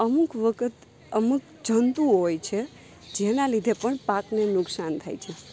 અમુક વખત અમુક જંતુઓ હોય છે જેના લીધે પણ પાકને નુકશાન થાય છે